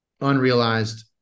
unrealized